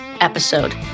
episode